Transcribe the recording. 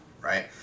right